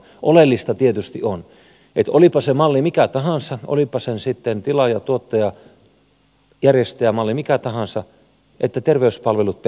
oleellista tietysti on olipa se malli mikä tahansa olipa tilaajatuottajajärjestäjä malli mikä tahansa että terveyspalvelut pelaavat